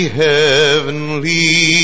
heavenly